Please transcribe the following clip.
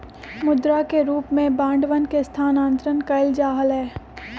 मुद्रा के रूप में बांडवन के स्थानांतरण कइल जा हलय